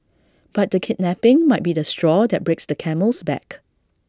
but the kidnapping might be the straw that breaks the camel's back